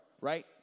right